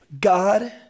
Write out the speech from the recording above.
God